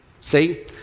See